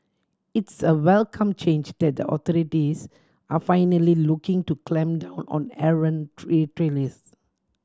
it's a welcome change that the authorities are finally looking to clamp down on errant retailers